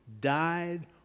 died